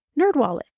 Nerdwallet